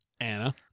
Anna